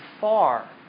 far